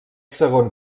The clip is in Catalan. segon